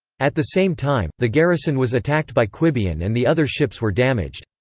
at the same time, the garrison was attacked by quibian and the other ships were damaged.